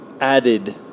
added